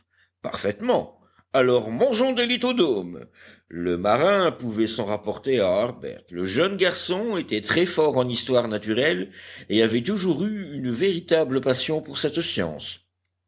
parfaitement alors mangeons des lithodomes le marin pouvait s'en rapporter à harbert le jeune garçon était très fort en histoire naturelle et avait toujours eu une véritable passion pour cette science